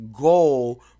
goal